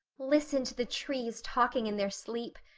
listen to the trees talking in their sleep,